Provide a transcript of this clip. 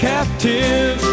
captive